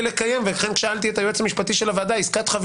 לברר ולהסיט את מרכז הכובד מהבחינה הערכית.